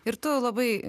ir tu labai